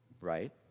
Right